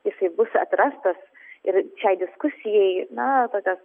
jisai bus atrastas ir šiai diskusijai na tokio